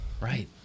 right